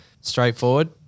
Straightforward